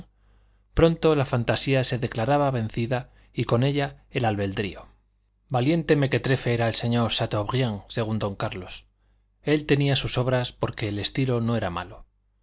pronto la fantasía se declaraba vencida y con ella el albedrío valiente mequetrefe era el señor chateaubriand según don carlos él tenía sus obras porque el estilo no era malo